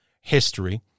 history